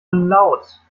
laut